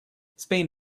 spain